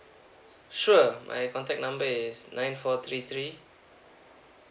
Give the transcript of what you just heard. sure um my contact number is nine four three three